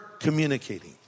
communicating